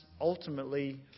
ultimately